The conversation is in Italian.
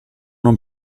non